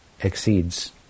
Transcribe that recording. exceeds